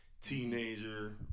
teenager